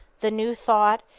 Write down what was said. the new thought,